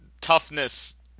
toughness